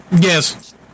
yes